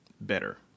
better